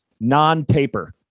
non-taper